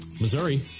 Missouri